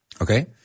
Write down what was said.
Okay